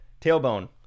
Tailbone